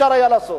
אפשר היה לעשות.